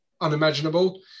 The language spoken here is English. unimaginable